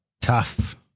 tough